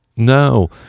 No